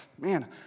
man